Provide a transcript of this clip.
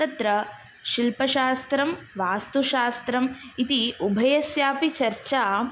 तत्र शिल्पशास्त्रं वास्तुशास्त्रम् इति उभयस्यापि चर्चा